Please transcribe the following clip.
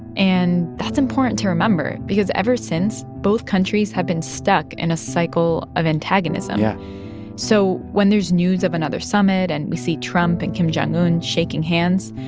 and that's important to remember because ever since, both countries have been stuck in a cycle of antagonism yeah so when there's news of another summit and we see trump and kim jong un shaking hands,